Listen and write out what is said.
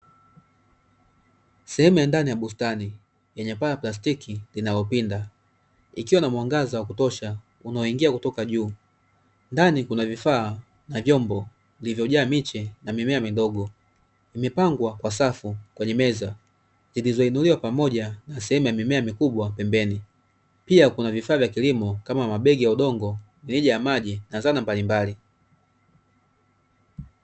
Sehemu ya ndani ya bustani, ikiwa na mwangaza wa kutosha unaoingia kutoka juu, ndani kuna vifaa na vyombo vilivyojaa miche na mimea midogo, imepangwa kwa safu kwenye meza zilizoinuliwa pamoja na sehemu ya mimea mikubwa pembeni. Pia kuna vifaa vya kilimo kama mabegi ya udongo, dhidi ya maji na zana mbalimbali.